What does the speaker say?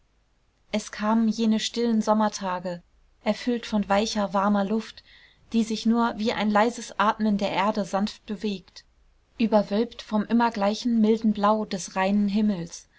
es kamen jene stillen sommertage erfüllt von weicher warmer luft die sich nur wie ein leises atmen der erde sanft bewegt überwölbt vom immer gleichen milden blau des reinen himmels